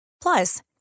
Plus